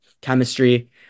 chemistry